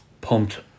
pumped